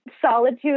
solitude